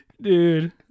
Dude